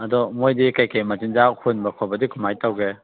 ꯑꯗꯣ ꯃꯣꯏꯗꯤ ꯀꯔꯤ ꯀꯔꯤ ꯃꯆꯤꯟꯖꯥꯛ ꯍꯨꯟꯕ ꯈꯣꯠꯄꯗꯤ ꯀꯃꯥꯏ ꯇꯧꯒꯦ